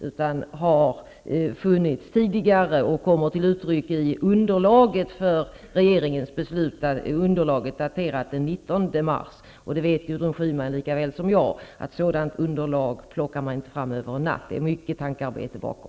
De har funnits tidigare, och de kommer till uttryck i underlaget för regeringens beslut. Underlaget är daterat den 19 mars. Och Gudrun Schyman vet lika väl som jag att sådant underlag plockar man inte fram över en natt. Det är mycket tankearbete bakom.